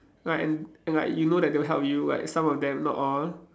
like and and like you know that they will help you like some of them not all